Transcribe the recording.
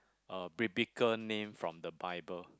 uh biblical name from the bible